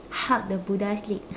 hug the buddha's leg